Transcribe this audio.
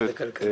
נוספת,